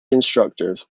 instructors